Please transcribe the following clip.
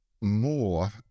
more